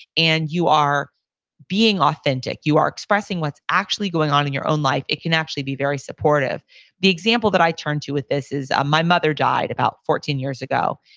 and you are being authentic, you are expressing what's actually going on in your own life, it can actually be very supportive the example that i turn to with this is ah my mother died about fourteen years ago.